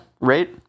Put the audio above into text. rate